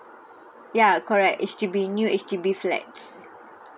ya correct it should be new H_D_B flat